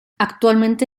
actualmente